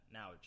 now